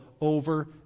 over